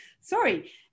Sorry